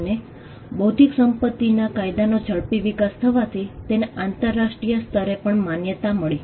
અને આ બૌદ્ધિક સંપતિના કાયદાનો ઝડપી વિકાસ થવાથી તેને આંતરરાષ્ટ્રીય સ્તરે પણ માન્યતા મળી